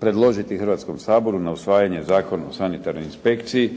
predložiti Hrvatskom saboru na usvajanju Zakon o sanitarnoj inspekciji